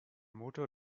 motor